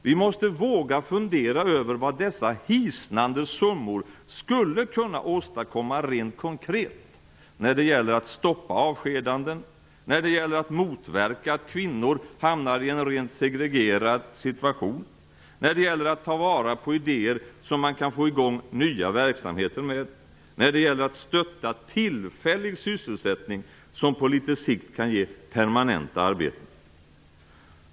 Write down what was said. Vi måste våga fundera över vad dessa hisnande summor skulle kunna åstadkomma rent konkret när det gäller att stoppa avskedanden, när det gäller att motverka att kvinnor hamnar i en rent segregerad situation, när det gäller att ta vara på idéer som man kan få i gång nya verksamheter med och när det gäller att stötta tillfällig sysselsättning som på litet sikt kan ge permanenta arbeten.